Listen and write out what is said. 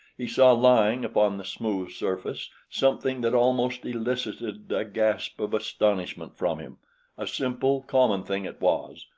he saw lying upon the smooth surface something that almost elicited a gasp of astonishment from him a simple, common thing it was,